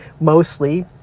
mostly